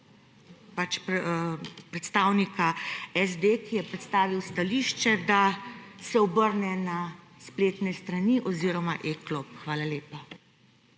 predstavnika SD, ki je predstavil stališče, da se obrne na spletne strani oziroma e-klop. Hvala lepa.